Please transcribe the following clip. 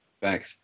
thanks